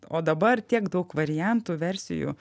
o dabar tiek daug variantų versijų